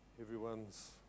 Everyone's